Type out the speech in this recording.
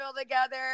together